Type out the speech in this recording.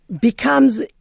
becomes